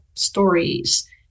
Stories